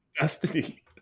destiny